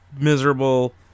miserable